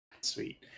sweet